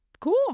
cool